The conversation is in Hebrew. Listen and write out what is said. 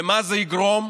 למה זה יגרום?